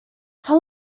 how